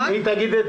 רק